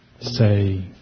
say